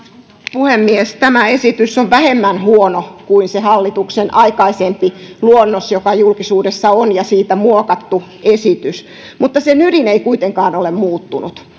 puhemies tämä esitys on vähemmän huono kuin se hallituksen aikaisempi luonnos joka julkisuudessa on ollut ja siitä muokattu esitys sen ydin ei kuitenkaan ole muuttunut